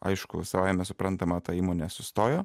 aišku savaime suprantama ta įmonė sustojo